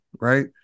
right